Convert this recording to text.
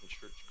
church